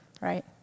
Right